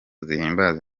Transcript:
zihimbaza